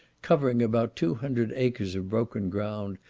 covering about two hundred acres of broken ground,